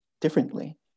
differently